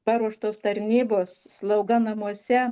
paruoštos tarnybos slauga namuose